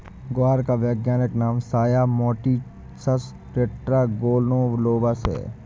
ग्वार का वैज्ञानिक नाम साया मोटिसस टेट्रागोनोलोबस है